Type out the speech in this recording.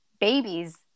babies